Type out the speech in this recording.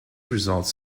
results